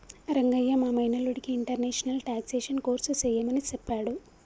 రంగయ్య మా మేనల్లుడికి international taxation course సెయ్యమని సెప్పాడు